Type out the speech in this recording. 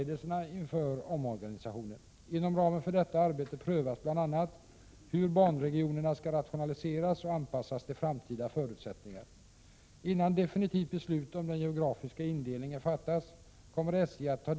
Banverkets organisation får genom att både den centrala och de regionala omorganisationerna sker samtidigt en ur verksamhetssynpunkt mycket sårbar organisation under flera år framåt. 1.